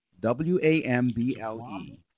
W-A-M-B-L-E